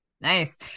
Nice